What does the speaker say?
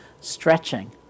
stretching